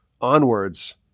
onwards